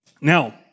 Now